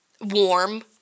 warm